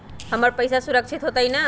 हमर पईसा सुरक्षित होतई न?